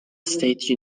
state